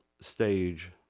stage